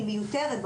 היא מיותרת,